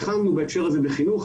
התחלנו בהקשר הזה בחינוך.